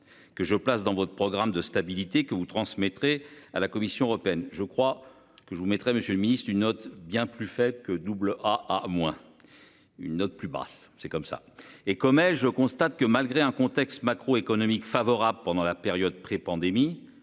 Que je place dans votre programme de stabilité que vous transmettrez à la Commission européenne. Je crois que je vous mettrai Monsieur le Ministre, d'une autre bien plus faible que double à moins. Une note plus basse, c'est comme ça et comme je constate que malgré un contexte macro-économique favorable pendant la période pré-pandémie